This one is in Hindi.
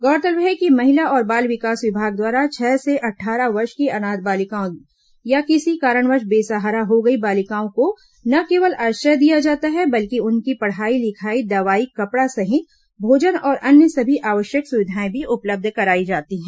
गौरतलब है कि महिला और बाल विकास विभाग द्वारा छह से अट्ठारह वर्ष की अनाथ बालिकाओं या किसी कारणवश बेसहारा हो गई बालिकाओं को न केवल आश्रय दिया जाता है बल्कि उनकी पढ़ाई लिखाई दवाई कपड़ा सहित भोजन और अन्य सभी आवश्यक स्विधाएं भी उपलब्ध कराई जाती है